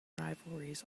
rivalries